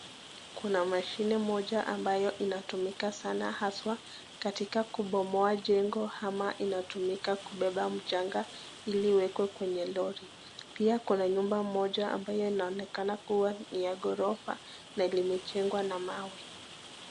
Kuna mashine moja ambayo inatumika sana haswa katika kubomoa jengo ama inatumika kubeba mchanga ili iwekwe kwenye lori. Pia kuna nyumba moja ambayo inaonekana kuwa ni ya ghorofa na limejengwa na mawe.